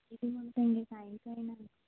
कितें म्हण तें कांय कळना